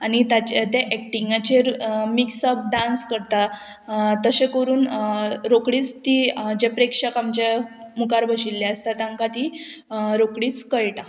आनी ताचे ते एक्टिंगाचेर मिक्स अप डांस करता तशें करून रोकडीच ती जे प्रेक्षक आमच्या मुखार बशिल्ले आसता तांकां ती रोकडीच कळटा